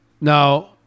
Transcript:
Now